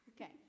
Okay